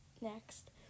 Next